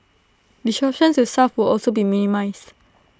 disruption to staff will also be minimised